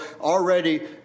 already